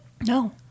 no